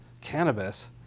cannabis